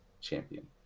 Champion